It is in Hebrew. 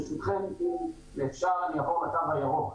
ברשותכם, אעבור לקו הירוק: